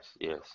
Yes